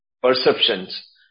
perceptions